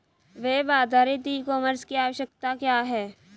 Web आधारित e commerce की आवश्यकता क्या है?